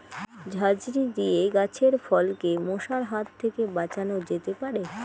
ঝাঁঝরি দিয়ে গাছের ফলকে মশার হাত থেকে বাঁচানো যেতে পারে?